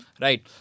right